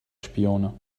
spione